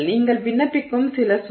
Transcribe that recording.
நீங்கள் விண்ணப்பிக்கும் சில சுமை